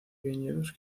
viñedos